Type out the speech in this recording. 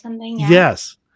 Yes